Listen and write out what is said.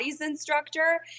instructor